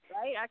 right